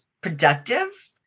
productive